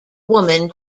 woman